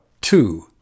two